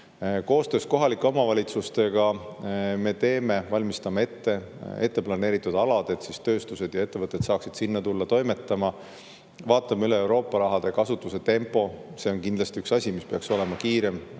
Koostöös kohalike omavalitsustega valmistame ette planeeritud alad, et tööstused ja ettevõtted saaksid sinna tulla toimetama. Vaatame üle Euroopa raha kasutamise tempo – see on kindlasti üks asi, mis peaks olema kiirem